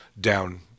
down